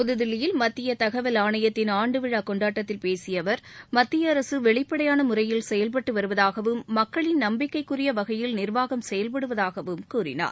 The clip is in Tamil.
புதுதில்லியில் மத்திய தகவல் ஆணையத்தின் ஆண்டு விழா கொண்டாட்டத்தில் பேசிய அவா் மத்திய அரசு வெளிப்படையான முறையில் செயல்பட்டு வருவதாகவும் மக்களின் நம்பிக்கைக்குரிய வகையில் நிர்வாகம் செயல்படுவதாகவும் கூறினார்